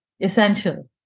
Essential